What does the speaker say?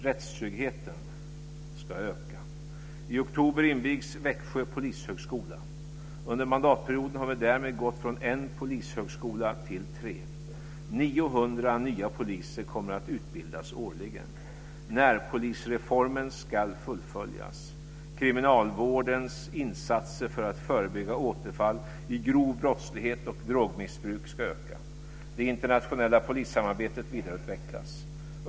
Rättstryggheten ska öka. I oktober invigs Växjö polishögskola. Under mandatperioden har vi därmed gått från en polishögskola till tre. 900 nya poliser kommer att utbildas årligen. Närpolisreformen ska fullföljas. Kriminalvårdens insatser för att förebygga återfall i grov brottslighet och drogmissbruk ska öka. Det internationella polissamarbetet vidareutvecklas.